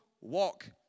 walk